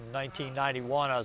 1991